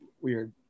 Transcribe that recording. weird